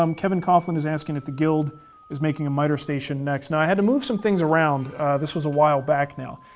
um kevin coughlin is asking if the guild is making a miter station next. no, i had to move some things around this was a while back now.